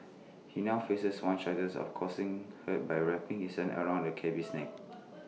he now faces one charge of causing hurt by wrapping his hands around the cabby's neck